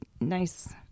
nice